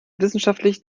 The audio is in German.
wissenschaftlich